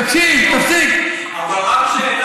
תאפשרו לו.